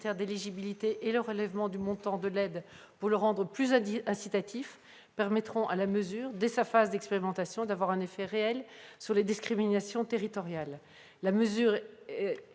d'éligibilité et le relèvement du montant de l'aide pour le rendre plus incitatif permettront à la mesure, dès sa phase d'expérimentation, d'avoir un effet réel sur les discriminations territoriales. La mesure est